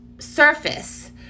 surface